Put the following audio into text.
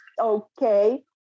okay